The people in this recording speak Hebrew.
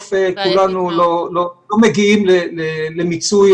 בסוף כולנו לא מגיעים למיצוי